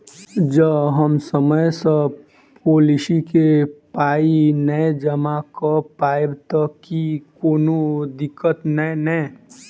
जँ हम समय सअ पोलिसी केँ पाई नै जमा कऽ पायब तऽ की कोनो दिक्कत नै नै?